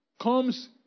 comes